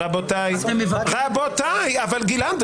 גלעד,